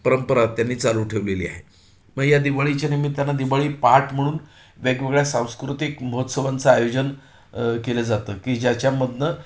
परंपरा त्यांनी चालू ठेवलेली आहे मग या दिवाळीच्या निमित्तानं दिवाळी पहाट म्हणून वेगवेगळ्या सांस्कृतिक महोत्सवांचं आयोजन केलं जातं की ज्याच्यामधनं